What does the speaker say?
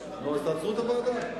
אז תעצרו את הוועדה,